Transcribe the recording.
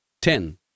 Ten